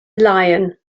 lion